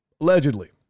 allegedly